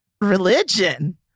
religion